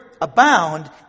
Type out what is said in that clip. abound